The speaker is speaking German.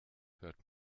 hört